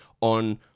on